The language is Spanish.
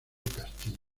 castillo